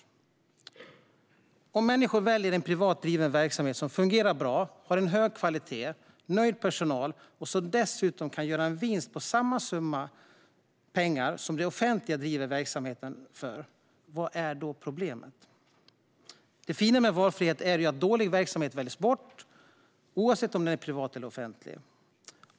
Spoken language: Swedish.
Vad är problemet om människor väljer en privat driven verksamhet som fungerar bra, har hög kvalitet, har nöjd personal och som dessutom kan göra en vinst på samma summa pengar som den offentligt drivna verksamheten kostar? Det fina med valfrihet är att dålig verksamhet väljs bort oavsett om den är privat eller offentlig.